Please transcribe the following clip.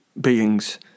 beings